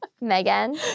Megan